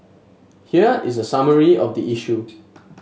here is a summary of the issue